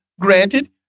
granted